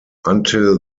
until